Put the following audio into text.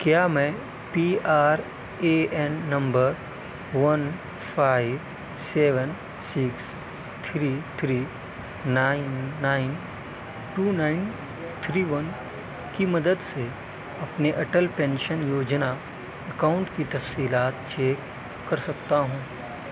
کیا میں P R A N number one five seven six three three nine nine two nine three one کی مدد سے اپنے اٹل پینشن یوجنا اکاؤنٹ کی تفصیلات چیک کر سکتا ہوں